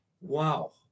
Wow